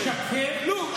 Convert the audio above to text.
כלום.